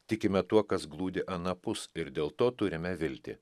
tikime tuo kas glūdi anapus ir dėl to turime viltį